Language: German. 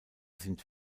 sind